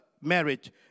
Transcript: marriage